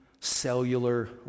cellular